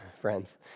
friends